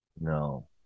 No